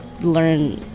learn